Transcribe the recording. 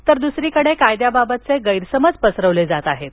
तर दुसरीकडे कायद्यांबाबतचे गैरसमज पसरवले जात हेत